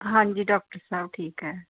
ਹਾਂਜੀ ਡੋਕਟਰ ਸਾਹਿਬ ਠੀਕ ਹੈ